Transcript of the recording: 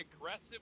aggressive